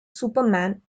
superman